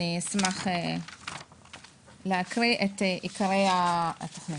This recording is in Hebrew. אני אשמח להקריא את עיקרי התוכנית.